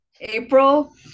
April